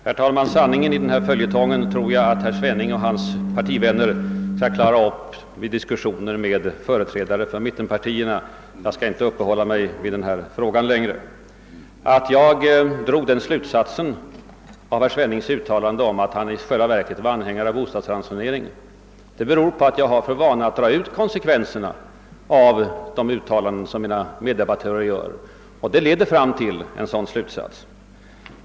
Herr talman! Sanningen i vår följetong tror jag att herr Svenning och hans partivänner skall klara upp vid diskussioner med företrädare för mittenpartierna. Jag skall inte uppehålla mig vid frågan längre. Att jag drog den slutsatsen av herr Svennings uttalande att han i själva verket var anhängare av bostadsransonering beror på att jag har för vana att dra ut konsekvenserna av uttalanden, som mina meddebattörer gör, och herr Svennings uttalande leder fram till en sådan slutsats.